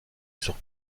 sur